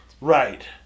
Right